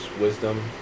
wisdom